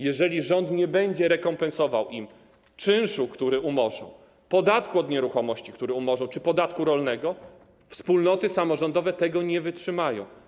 Jeżeli rząd nie będzie rekompensował im czynszu, który umorzy, podatku od nieruchomości, który umorzy, czy podatku rolnego, wspólnoty samorządowe tego nie wytrzymają.